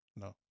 No